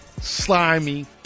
slimy